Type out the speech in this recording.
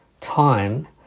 time